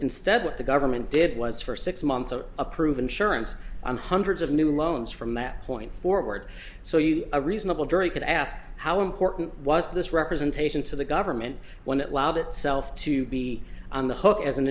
instead what the government did was for six months or approve insurance on hundreds of new loans from that point forward so you a reasonable jury could ask how important was this representation to the government when it loud itself to be on the hook as an